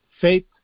Faith